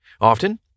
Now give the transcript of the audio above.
Often